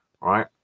Right